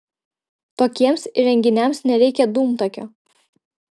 tokiems įrenginiams nereikia dūmtakio